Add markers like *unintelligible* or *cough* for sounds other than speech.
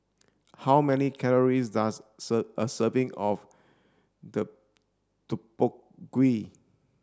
how many calories does *unintelligible* a serving of *unintelligible* Deodeok Gui